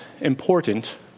important